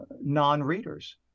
non-readers